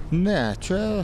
ne čia